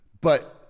but-